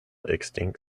extinct